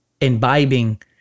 imbibing